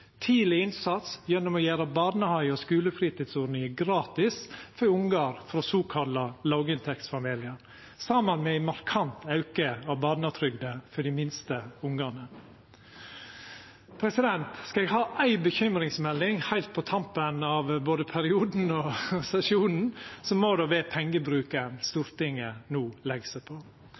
tidleg innsats gjennom å gjera barnehagane og skulefritidsordninga gratis for ungar frå såkalla låginntektsfamiliar, saman med ein markant auke av barnetrygda for dei minste ungane. Skal eg ha éi bekymringsmelding heilt på tampen av både perioden og sesjonen, så må det vera pengebruken Stortinget no legg seg på.